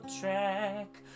track